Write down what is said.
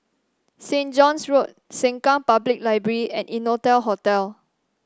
Saint John's Road Sengkang Public Library and Innotel Hotel